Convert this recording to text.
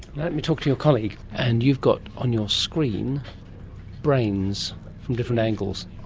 let me talk to your colleague. and you've got on your screen brains from different angles.